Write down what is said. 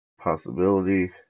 possibility